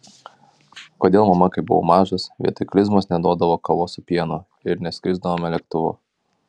kodėl mama kai buvau mažas vietoj klizmos neduodavo kavos su pienu ir neskrisdavome lėktuvu